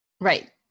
Right